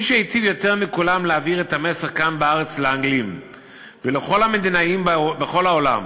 מי שהיטיב יותר מכולם להעביר כאן בארץ לאנגלים ולכל המדינאים בכל העולם